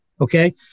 okay